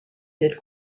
did